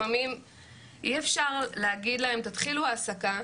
ואי אפשר להגיד להם תתחילו העסקה,